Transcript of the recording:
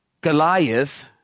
Goliath